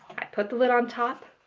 i put the lid on top.